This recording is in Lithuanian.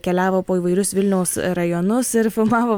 keliavo po įvairius vilniaus rajonus ir filmavo